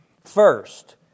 First